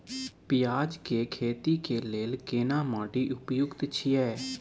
पियाज के खेती के लेल केना माटी उपयुक्त छियै?